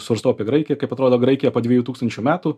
svarstau apie graikiją kaip atrodo graikija po dviejų tūkstančių metų